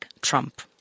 Trump